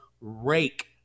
rake